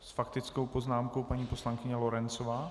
S faktickou poznámkou paní poslankyně Lorencová.